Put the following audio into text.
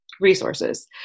resources